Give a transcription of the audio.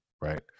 right